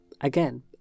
Again